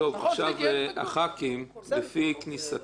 עכשיו הח"כים לפי כניסתם.